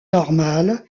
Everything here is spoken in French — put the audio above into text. normales